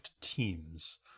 Teams